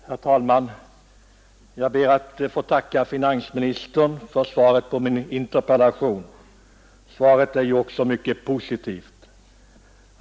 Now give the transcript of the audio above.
Herr talman! Jag ber att få tacka finansministern för svaret på min interpellation. Svaret är ju också mycket positivt.